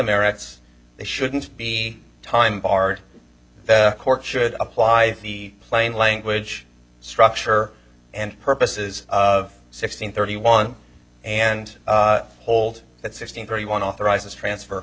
merits they shouldn't be time bar the court should apply the plain language structure and purposes of sixteen thirty one and hold that sixteen thirty one authorizes transfer